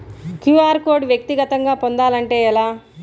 QR code వ్యక్తిగతంగా పొందాలంటే ఎలా?